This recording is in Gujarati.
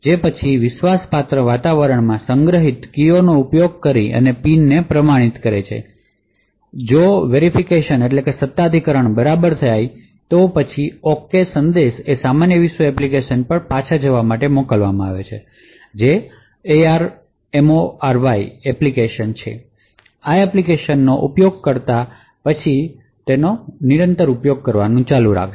જે પછી વિશ્વાસપાત્ર વાતાવરણમાં સંગ્રહિત કીઓનો ઉપયોગ કરીને પિનને પ્રમાણિત કરે છે જો સત્તાધિકરણ બરાબર છે તો પછી ઓકે સંદેશ એ સામાન્ય એપ્લિકેશન પર પાછા મોકલવામાં આવે છે જે ARMORY એપ્લિકેશન છે અને આ એપ્લિકેશનનો યુઝર પછી આ એપ્લિકેશનનો ઉપયોગ કરવાનું ચાલુ રાખશે